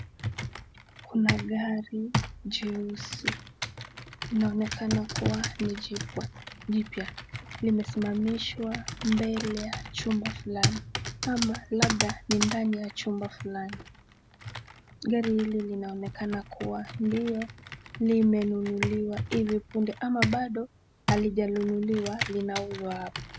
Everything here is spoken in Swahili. Kuna gari jeusi, inaonekana kuwa ni jipya, limesimamishwa mbele ya chumba fulani ama labda ni ndani ya chumba fulani. Gari hili linaonekana kuwa ndio limenunuliwa hivi punde ama bado halijanunuliwa linauzwa hapa.